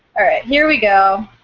alright here we go.